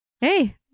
hey